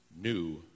new